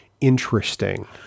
interesting